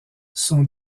sont